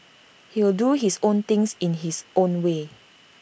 he'll do his own thing in his own way